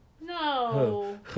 No